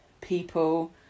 people